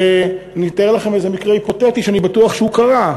אני אתאר לכם איזה מקרה היפותטי שאני בטוח שהוא קרה.